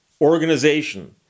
organization